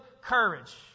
courage